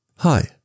Hi